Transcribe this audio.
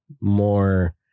more